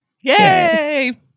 Yay